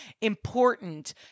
important